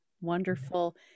Wonderful